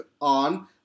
on